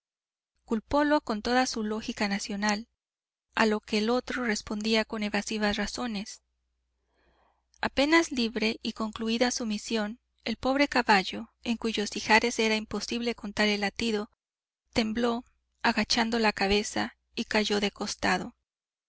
hora culpólo con toda su lógica nacional a lo que el otro respondía con evasivas razones apenas libre y concluída su misión el pobre caballo en cuyos ijares era imposible contar el latido tembló agachando la cabeza y cayó de costado